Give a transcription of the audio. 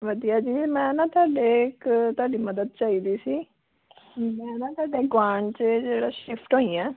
ਵਧੀਆ ਜੀ ਮੈਂ ਨਾ ਤੁਹਾਡੇ ਇੱਕ ਤੁਹਾਡੀ ਮਦਦ ਚਾਹੀਦੀ ਸੀ ਮੈਂ ਨਾ ਤੁਹਾਡੇ ਗੁਆਂਡ 'ਚ ਜਿਹੜਾ ਸਿਫ਼ਟ ਹੋਈ ਆ